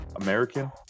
American